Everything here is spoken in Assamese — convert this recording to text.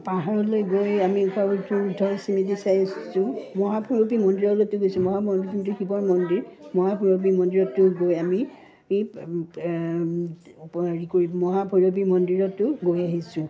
পাহাৰলৈ গৈ আমি উষা অনিৰুদ্ধৰ স্মৃতি চাই আছোঁ মহাভৈৰৱী মন্দিৰলৈতো গৈছোঁ মহাভৈৰৱী শিৱৰ মন্দিৰ মহাভৈৰৱী মন্দিৰতো গৈ আমি হেৰি কৰি মহাভৈৰৱী মন্দিৰতো গৈ আহিছোঁ